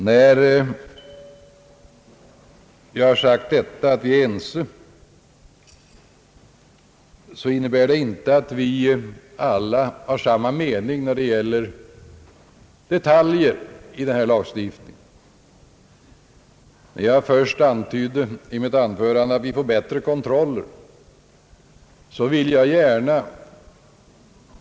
När jag säger att vi är överens så innebär det inte att vi alla har samma mening om detaljerna i den här lagstiftningen. Tidigare i mitt anförande förklarade jag, att vi genom det här förslaget åstadkommer bättre kontroller.